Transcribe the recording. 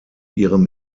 ihrem